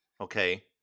Okay